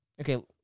okay